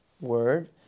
word